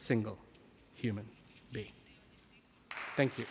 single human being thank you